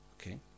Okay